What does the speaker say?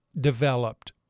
developed